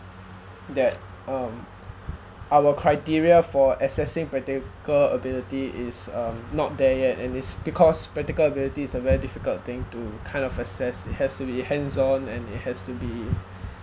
that um our criteria for assessing practical ability is um not there yet and it's because practical ability's a very difficult thing to kind of assess it has to be hands-on and it has to be